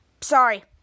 Sorry